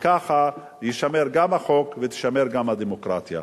וכך יישמר גם החוק ותישמר גם הדמוקרטיה.